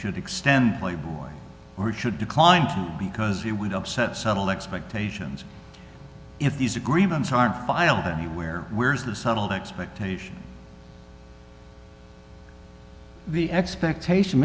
should extend playboy or should declined because he would upset settle expectations if these agreements aren't file had anywhere where's the subtle the expectational the expectation